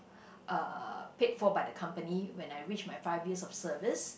uh paid for by the company when I reach my five years of service